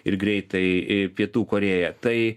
ir greitai i pietų korėja tai